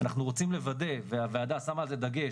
אנחנו רוצים לוודא והוועדה שמה על זה דגש,